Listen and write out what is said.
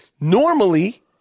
Normally